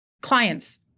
clients